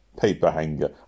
paper-hanger